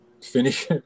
Finish